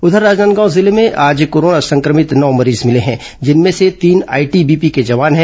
उधर राजनांदगांव जिले में आज कोरोना संक्रमित नौ मरीज मिले हैं जिनमें से तीन आईटीबीपी के जवान हैं